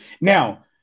Now